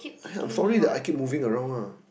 !aiay! I'm sorry that I keep moving around ah